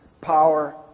power